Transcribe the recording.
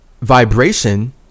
vibration